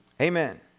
Amen